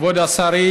כבוד השרים